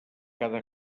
cada